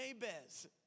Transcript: Jabez